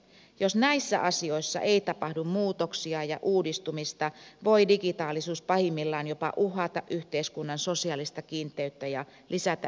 jos näissä asioissa ei tapahdu muutoksia ja uudistumista voi digitaalisuus pahimmillaan jopa uhata yhteiskunnan sosiaalista kiinteyttä ja lisätä yhteiskunnallista vieraantumista